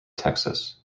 texas